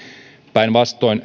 päinvastoin